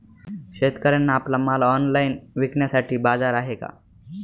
शेतकऱ्यांना आपला माल ऑनलाइन विकण्यासाठी बाजार आहे का?